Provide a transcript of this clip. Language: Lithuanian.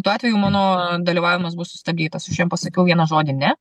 tuo atveju mano dalyvavimas bus sustabdytas aš jam pasakiau vieną žodį ne